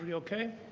ah okay?